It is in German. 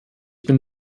bin